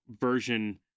version